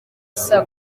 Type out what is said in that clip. saa